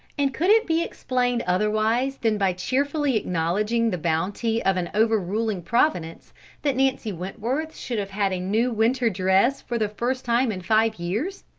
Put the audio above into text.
and could it be explained otherwise than by cheerfully acknowledging the bounty of an overruling providence that nancy wentworth should have had a new winter dress for the first time in five years